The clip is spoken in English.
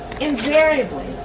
invariably